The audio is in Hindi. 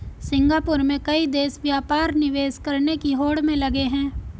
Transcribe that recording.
सिंगापुर में कई देश व्यापार निवेश करने की होड़ में लगे हैं